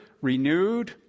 renewed